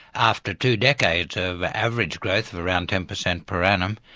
after two decades of average growth of around ten percent per annum,